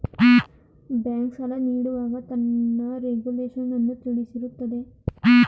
bank, ಸಾಲ ನೀಡುವಾಗ ತನ್ನ ರೆಗುಲೇಶನ್ನನ್ನು ತಿಳಿಸಿರುತ್ತದೆ